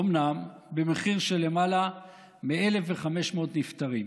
אומנם במחיר של למעלה מ-1,500 נפטרים,